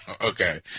Okay